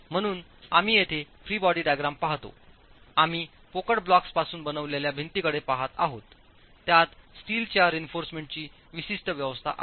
म्हणून आम्ही येथे फ्री बॉडी डायग्राम पाहतो आम्ही पोकळ ब्लॉक्सपासून बनवलेल्या भिंतीकडे पहात आहोत त्यात स्टीलच्या रेइन्फॉर्समेंटची विशिष्ट व्यवस्था आहे